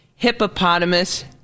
Hippopotamus